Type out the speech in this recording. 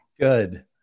Good